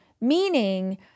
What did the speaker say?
meaning